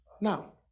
now